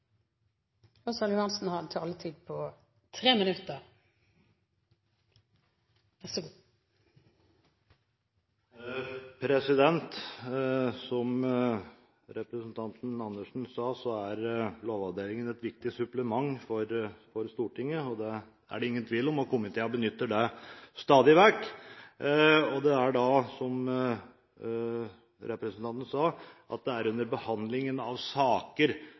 Som stortingspresident Andersen sa, er Lovavdelingen et viktig supplement for Stortinget. Det er det ingen tvil om, og komiteene benytter den stadig vekk. Det er, som stortingspresidenten sa, under behandlingen av saker at Lovavdelingen kommer til nytte for Stortinget. Det er